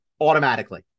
automatically